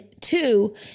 two